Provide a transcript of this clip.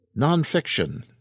Nonfiction